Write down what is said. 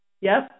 Yes